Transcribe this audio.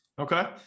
Okay